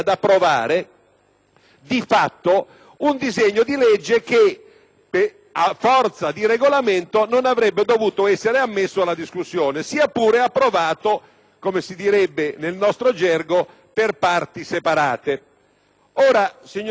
di fatto un disegno di legge che, a forza di Regolamento, non avrebbe dovuto essere ammesso alla discussione, sia pure approvato, come si direbbe nel nostro gergo, per parti separate.